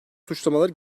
suçlamaları